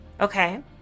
okay